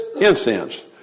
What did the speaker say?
incense